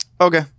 Okay